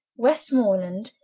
westmerland,